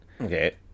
okay